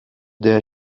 der